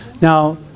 Now